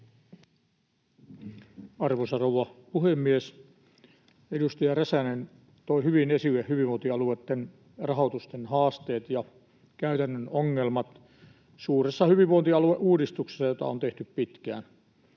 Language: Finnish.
Arvoisa rouva puhemies! Edustaja Räsänen toi hyvin esille hyvinvointialueitten rahoitusten haasteet ja käytännön ongelmat suuressa hyvinvointialueuudistuksessa, jota on tehty pitkään.